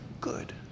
good